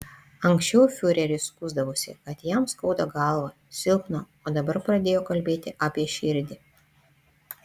anksčiau fiureris skųsdavosi kad jam skauda galvą silpna o dabar pradėjo kalbėti apie širdį